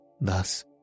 Thus